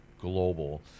Global